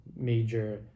major